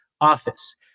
office